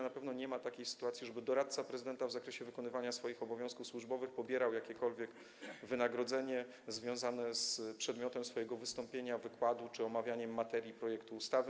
Na pewno nie było takiej sytuacji, żeby doradca prezydenta w ramach wykonywania swoich obowiązków służbowych pobierał jakiekolwiek wynagrodzenie związane z przedmiotem swojego wystąpienia, wykładu czy z omawianiem materii projektu ustawy.